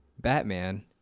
Batman